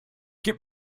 gib